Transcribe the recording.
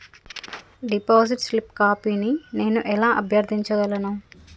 Deposit slip కాపీని నేను ఎలా అభ్యర్థించగలను?